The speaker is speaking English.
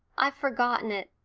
i've forgotten it,